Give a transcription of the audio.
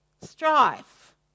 strife